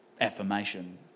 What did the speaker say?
affirmation